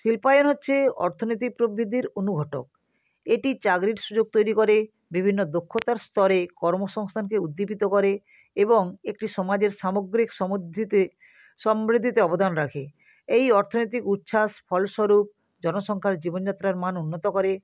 শিল্পায়ন হচ্ছে অর্থনীতি প্রবৃদ্ধির অনুঘটক এটি চাকরির সুযোগ তৈরি করে বিভিন্ন দক্ষতার স্তরে কর্মসংস্থানকে উদ্দীপিত করে এবং একটি সমাজের সামগ্রিক সমুদ্ধ্রিতে সমৃদ্ধিতে অবদান রাখে এই অর্থনীতিক উচ্ছ্বাস ফলস্বরূপ জনসংখ্যার জীবনযাত্রার মান উন্নত করে